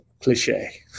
cliche